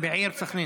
בעיר סח'נין.